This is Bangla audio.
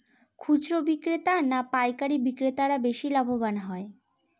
খুচরো বিক্রেতা না পাইকারী বিক্রেতারা বেশি লাভবান হয়?